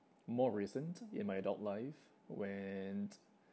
more recent in my adult life when